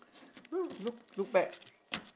no look look back